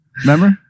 Remember